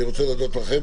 אני רוצה להודות לכם.